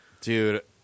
dude